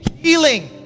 Healing